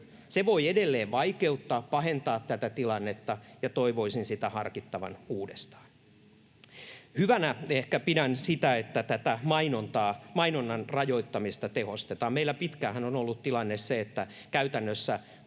Se voi edelleen pahentaa tätä tilannetta, ja toivoisin sitä harkittavan uudestaan. Hyvänä pidän ehkä sitä, että tätä mainonnan rajoittamista tehostetaan. Meillähän on pitkään ollut tilanne se, että käytännössä